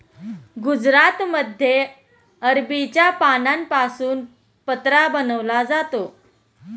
गुजरातमध्ये अरबीच्या पानांपासून पत्रा बनवला जातो